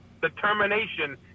determination